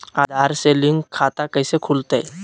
आधार से लिंक खाता कैसे खुलते?